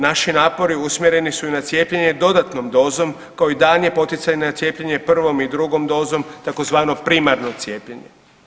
Naši napori usmjereni su i na cijepljenje dodatnom dozom, kao i daljnje poticanje na cijepljenje prvom i drugom dozom, tzv. primarno cijepljenje.